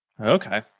Okay